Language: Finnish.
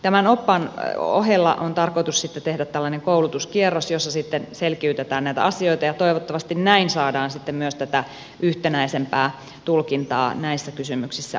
tämän oppaan ohella on tarkoitus sitten tehdä tällainen koulutuskierros jossa selkiytetään näitä asioita ja toivottavasti näin saadaan sitten myös tätä yhtenäisempää tulkintaa näissä kysymyksissä aikaiseksi